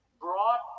brought